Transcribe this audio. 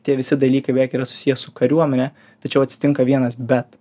tie visi dalykai beveik yra susiję su kariuomene tačiau atsitinka vienas bet